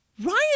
Ryan